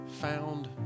found